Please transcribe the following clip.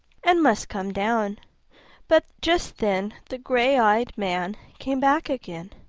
and must come down but just then the gray-eyed man came back again.